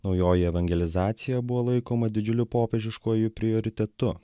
naujoji evangelizacija buvo laikoma didžiuliu popiežiškuoju prioritetu